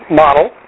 model